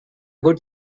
good